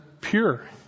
pure